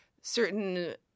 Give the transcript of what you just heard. certain